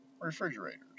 refrigerators